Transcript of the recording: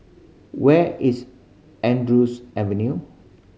where is Andrews Avenue